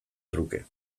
truke